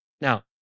Now